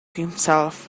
himself